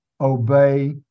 obey